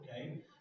okay